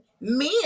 men